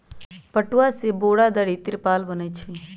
पटूआ से बोरा, दरी, तिरपाल बनै छइ